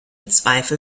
zweifel